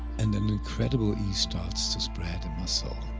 and an incredible ease starts to spread in my soul.